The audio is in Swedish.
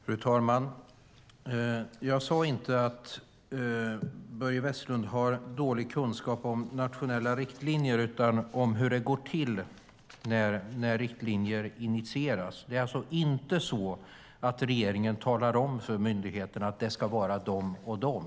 Fru talman! Jag sade inte att Börje Vestlund har dålig kunskap om nationella riktlinjer utan om hur det går till när riktlinjer initieras. Det är alltså inte så att regeringen talar om för myndigheterna: Det ska vara de och de.